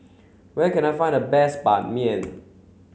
where can I find the best Ban Mian